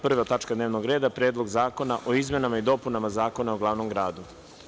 Prva tačka dnevnog reda – Predlog zakona o izmenama i dopunama zakona o glavnom gradu.